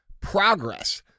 progress